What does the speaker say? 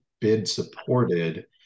bid-supported